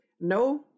No